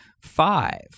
five